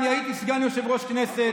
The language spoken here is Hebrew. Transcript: אני הייתי סגן יושב-ראש כנסת.